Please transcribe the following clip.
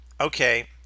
okay